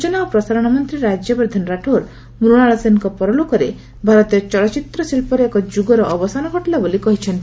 ସୂଚନା ଓ ପ୍ରସାରଣ ମନ୍ତ୍ରୀ ରାଜ୍ୟବର୍ଦ୍ଧନ ରାଠୋର୍ ମୃଶାଳ ସେନ୍ଙ୍କ ପରଲୋକରେ ଭାରତୀୟ ଚଳଚ୍ଚିତ୍ର ଶିଳ୍ପରେ ଏକ ଯୁଗର ଅବସାନ ଘଟିଲା ବୋଲି କହିଚ୍ଚନ୍ତି